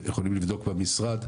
אבל יכולים לבדוק במשרד,